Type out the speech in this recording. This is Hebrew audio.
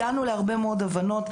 הגענו להרבה מאוד הבנות,